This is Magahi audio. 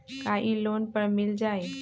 का इ लोन पर मिल जाइ?